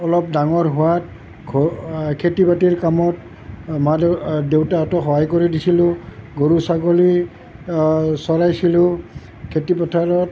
অলপ ডাঙৰ হোৱাত খেতি বাতিৰ কামত মা দে দেউতাহঁতক সহায় কৰি দিছিলোঁ গৰু ছাগলী চৰাইছিলোঁ খেতি পথাৰত